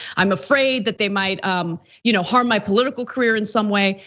i'm afraid that they might um you know harm my political career in some way.